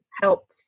help